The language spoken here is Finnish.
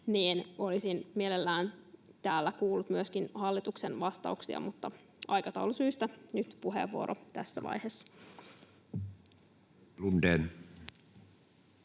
olisin mielelläni täällä kuullut myöskin hallituksen vastauksia, mutta aikataulusyistä nyt puheenvuoro tässä vaiheessa.